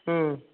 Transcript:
ம்